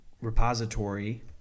repository